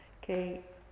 que